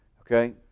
Okay